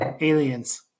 Aliens